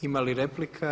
Ima li replika?